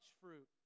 fruit